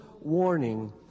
warning